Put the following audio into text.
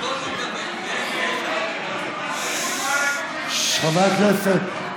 חברי הכנסת,